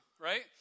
right